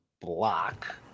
block